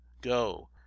go